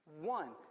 One